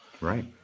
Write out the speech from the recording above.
right